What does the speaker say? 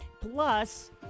Plus